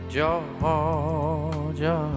Georgia